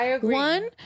one